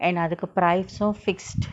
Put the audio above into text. and அதுக்கு:athuku price of fixed